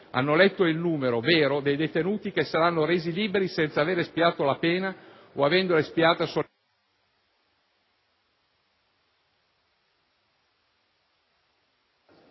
hanno letto il vero numero dei detenuti che saranno resi liberi senza aver espiato pena, o avendola espiata solo